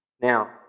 Now